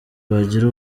bagira